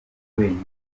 wenyine